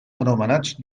anomenats